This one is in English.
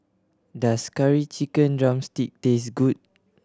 does Curry Chicken drumstick taste good